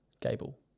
Gable